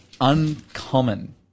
Uncommon